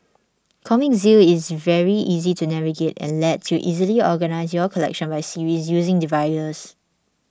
Comic Zeal is very easy to navigate and lets you easily organise your collection by series using dividers